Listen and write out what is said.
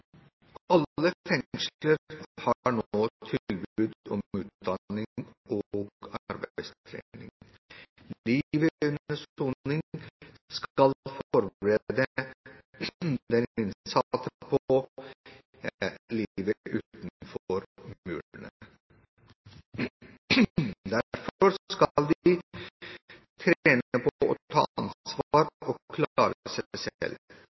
Alle fengsler har nå tilbud om utdanning og arbeidstrening. Livet under soning skal forberede den innsatte på livet utenfor murene. Derfor skal de trene på å ta ansvar og å klare seg selv. Dette innebærer også en gradvis tilbakeføring til